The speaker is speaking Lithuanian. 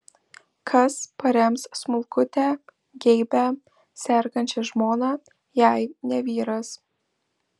kas parems smulkutę geibią sergančią žmoną jei ne vyras